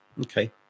Okay